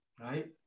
Right